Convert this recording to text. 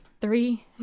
three